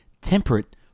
Temperate